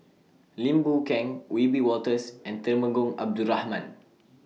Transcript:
Lim Boon Keng Wiebe Wolters and Temenggong Abdul Rahman